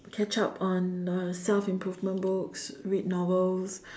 catch up on uh self improvement books read novels